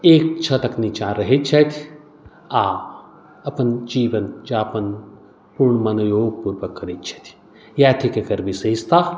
एक छतक नीचाँ रहैत छथि आ अपन जीवनयापन पूर्ण मनोयोग पूर्वक करैत छथि इएह थिक एकर विशेषता